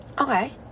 Okay